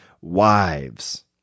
Wives